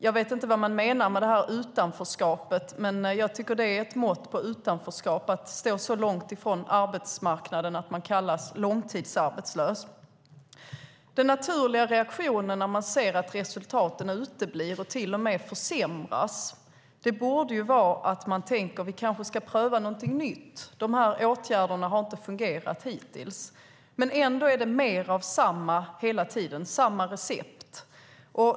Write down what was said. Jag vet inte vad som avses med utanförskap, men jag tycker att det är ett mått på utanförskap att stå så långt ifrån arbetsmarknaden att man kallas långtidsarbetslös. Den naturliga reaktionen när man ser att resultaten uteblir och till och med försämras borde vara att man tänker: Vi kanske ska pröva någonting nytt. De här åtgärderna har inte fungerat hittills. Ändå är det hela tiden mer av samma recept.